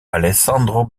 alessandro